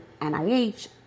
NIH